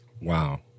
Wow